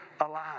alive